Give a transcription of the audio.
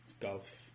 golf